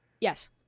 Yes